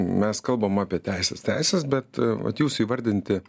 mes kalbam apie teises teises bet vat jūsų įvardinti